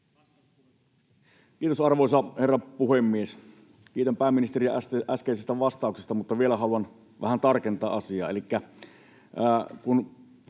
Kiitos, arvoisa herra puhemies! Kiitän pääministeriä äskeisestä vastauksesta, mutta vielä haluan vähän tarkentaa asiaa.